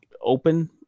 open